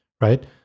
Right